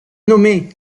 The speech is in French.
nommé